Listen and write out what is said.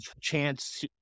chance